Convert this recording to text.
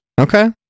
Okay